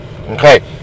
Okay